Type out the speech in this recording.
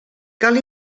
cal